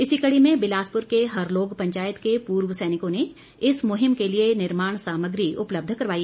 इसी कड़ी में बिलासपुर के हरलोग पंचायत के पूर्व सैनिकों ने इस मुहिम के लिए निर्माण सामग्री उपलब्ध करवाई